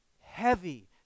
heavy